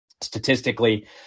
statistically